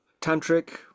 tantric